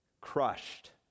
crushed